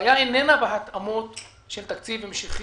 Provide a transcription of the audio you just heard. הבעיה איננה בהתאמות של תקציב המשכי,